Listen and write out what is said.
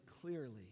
clearly